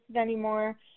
anymore